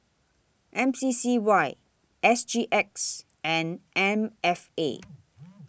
M C C Y S G X and M F A